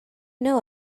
know